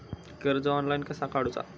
कर्ज ऑनलाइन कसा काडूचा?